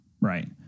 Right